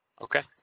Okay